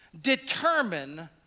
determine